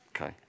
Okay